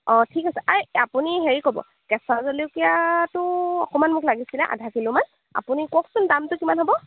অঁ ঠিক আছে আই আপুনি হেৰি কৰিব কেঁচা জলকীয়াটো অকণমান মোক লাগিছিলে আধা কিলোমান আপুনি কওকচোন দামটো কিমান হ'ব